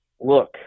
look